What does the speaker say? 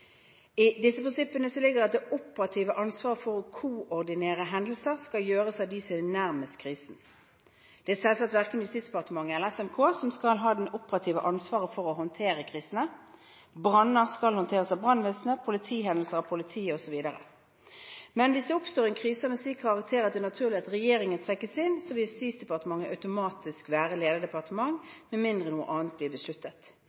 I disse prinsippene ligger det at det operative ansvaret for å koordinere hendelser skal gjøres av dem som er nærmest krisen. Det er selvsagt verken Justisdepartementet eller SMK som skal ha det operative ansvaret for å håndtere kriser. Branner skal håndteres av brannvesenet, politihendelser av politiet, osv. Hvis det oppstår en krise av en slik karakter at det er naturlig at regjeringen trekkes inn, vil Justisdepartementet automatisk være lederdepartement, med mindre noe annet blir besluttet.